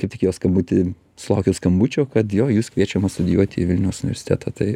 kaip tik jo skambutį sulaukiau skambučio kad jo jūs kviečiamas studijuoti į vilniaus universitetą